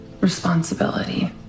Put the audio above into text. responsibility